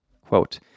quote